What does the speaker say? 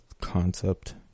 concept